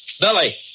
Billy